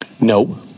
No